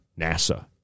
NASA